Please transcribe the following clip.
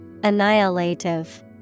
Annihilative